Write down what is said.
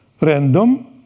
random